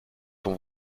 ton